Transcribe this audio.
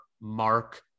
Mark